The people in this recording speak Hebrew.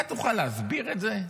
אתה תוכל להסביר את זה?